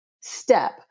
step